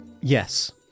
Yes